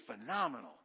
phenomenal